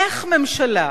איך ממשלה,